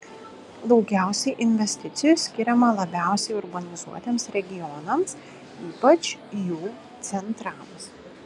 daugiausiai investicijų skiriama labiausiai urbanizuotiems regionams ypač jų centrams